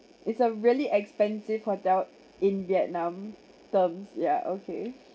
it's a really expensive hotel in vietnam terms yeah okay